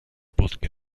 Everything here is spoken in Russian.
будке